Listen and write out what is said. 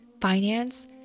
finance